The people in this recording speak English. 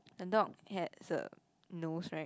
the dog has a nose right